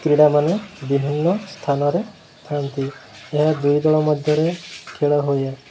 କ୍ରୀଡ଼ାମାନେ ବିଭିନ୍ନ ସ୍ଥାନରେ ଥାଆନ୍ତି ଏହା ଦୁଇ ଦଳ ମଧ୍ୟରେ ଖେଳ ହୁଏ